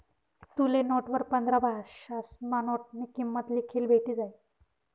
तुले नोटवर पंधरा भाषासमा नोटनी किंमत लिखेल भेटी जायी